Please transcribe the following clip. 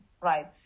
right